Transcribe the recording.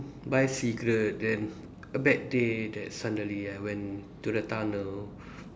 buy cigarette then a bad day that suddenly I went to the tunnel